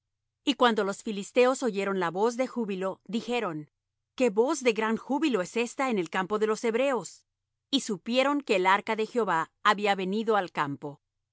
y cuando los filisteos oyeron la voz de júbilo dijeron qué voz de gran júbilo es esta en el campo de los hebreos y supieron que el arca de jehová había venido al campo